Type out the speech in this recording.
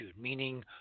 meaning